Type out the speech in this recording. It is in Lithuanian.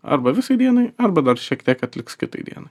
arba visai dienai arba dar šiek tiek atliks kitai dienai